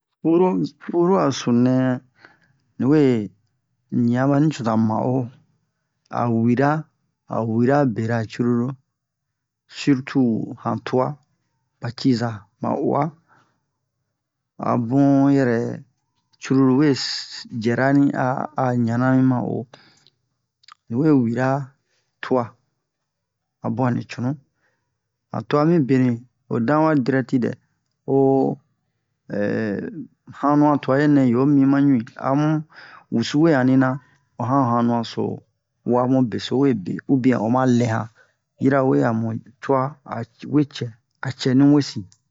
Furu furu a sunu nɛ ni we nia ba nicoza ma'o a wira a wira bera cruru sirtu han twa ba ciza ba uwa a bun yɛrɛ cruru we jɛrani a ɲana mi ma'o ni we wira ni we wira twa a bun a ni ma'o han twa mi beni ho dan wa dirɛti dɛ ho hanu'a tu'a yi yo mi ma ɲu'i amu wusu we anina o han hanu'a so wa mu beso we be ubiɛn o ma lɛ han yirawe a mu twa awe cɛ a cɛnu wesin